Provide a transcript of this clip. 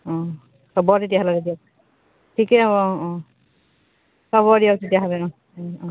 অঁ হ'ব তেতিয়াহ'লে দিয়ক ঠিকে অঁ অঁ হ'ব দিয়ক তেতিয়াহ'লে অঁ অঁ